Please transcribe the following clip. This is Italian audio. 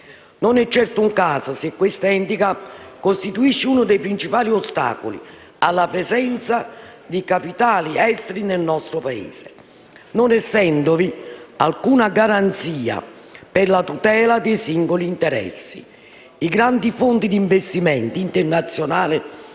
Non è certo un caso se questo *handicap* costituisce uno dei principali ostacoli alla presenza di capitali esteri nel nostro Paese: non essendovi alcuna garanzia per la tutela dei singoli interessi, i grandi fondi d'investimento internazionali